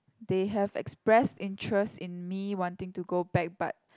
they have expressed interest in me wanting to go back but